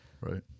Right